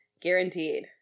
guaranteed